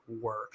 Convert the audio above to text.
work